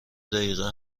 دقیقه